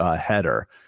header